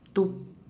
two